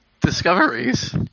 discoveries